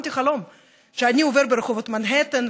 חלמתי חלום שאני עובר ברחובות מנהטן,